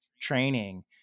training